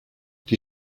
die